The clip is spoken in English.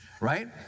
right